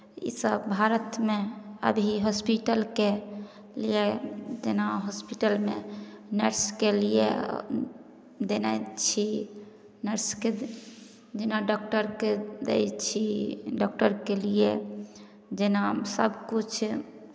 इसभ भारतमे अभी हॉस्पिटलके लिए जेना हॉस्पिटलमे नर्सके लिए देने छी नर्सके जेना डॉक्टरकेँ दै छी डॉक्टरके लिए जेना सभकिछु